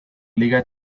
liga